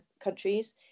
countries